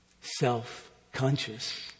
self-conscious